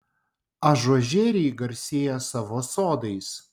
ažuožeriai garsėja savo sodais